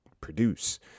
produce